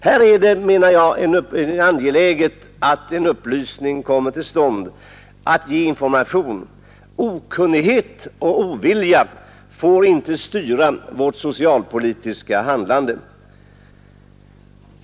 Här är det, menar jag, angeläget att upplysning lämnas och information ges. Okunnighet och ovilja får inte styra vårt socialpolitiska handlande.